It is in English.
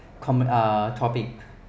common uh topic